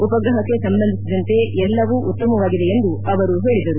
ಉಪಗ್ರಹಕ್ಕೆ ಸಂಬಂಧಿಸಿದಂತೆ ಎಲ್ಲವೂ ಉತ್ತಮವಾಗಿದೆ ಎಂದು ಅವರು ಹೇಳಿದರು